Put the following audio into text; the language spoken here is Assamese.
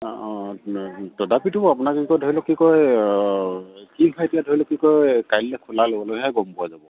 অঁ অঁ তদাপিতো ধৰি লওক কি কয় এতিয়া ধৰি লওক কি কয় কাইলে খোলা ল'বলৈহে গম পোৱা যাব